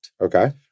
Okay